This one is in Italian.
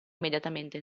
immediatamente